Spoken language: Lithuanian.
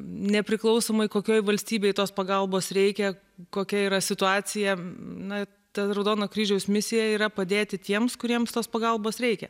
nepriklausomai kokioj valstybėj tos pagalbos reikia kokia yra situacija na tad raudono kryžiaus misija yra padėti tiems kuriems tos pagalbos reikia